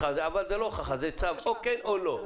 אבל זאת לא הוכחה, זה צו או כן או לא.